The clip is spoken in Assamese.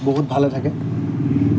বহুত ভালে থাকে